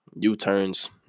U-turns